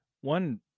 One